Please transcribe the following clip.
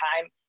time